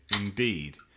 indeed